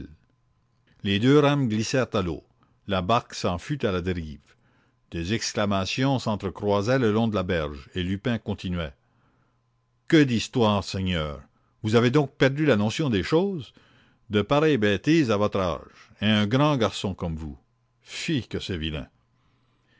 les deux rames glissèrent à l'eau la barque s'en fut à la dérive des exclamations s'entrecroisaient le long de la berge et lupin continuait u ne fusillade que d'histoires seigneur vous avez donc perdu la notion des choses de pareilles bêtises à votre âge et un grand garçon comme vous fi que c'est vilain